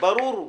ברור הוא